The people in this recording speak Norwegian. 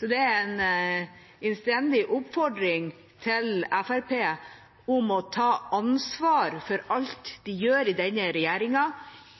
Så dette er en innstendig oppfordring til Fremskrittspartiet om å ta ansvar for alt de gjør i regjering,